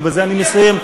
ובזה אני מסיים,